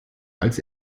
als